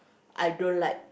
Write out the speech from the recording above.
I don't like